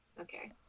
Okay